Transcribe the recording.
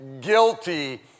guilty